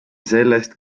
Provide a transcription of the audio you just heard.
sellest